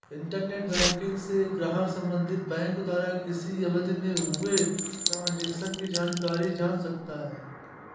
internet banking से ग्राहक संबंधित बैंक द्वारा किसी अवधि में हुए ट्रांजेक्शन की जानकारी जान सकता है